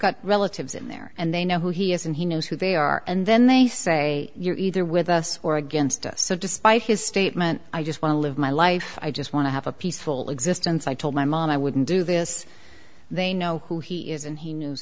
got relatives in there and they know who he is and he knows who they are and then they say you're either with us or against us so despite his statement i just want to live my life i just want to have a peaceful existence i told my mom i wouldn't do this they know who he is and he knows